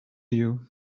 you